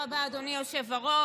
תודה רבה, אדוני היושב-ראש.